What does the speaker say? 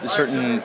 certain